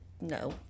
no